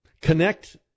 Connect